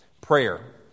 prayer